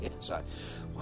yes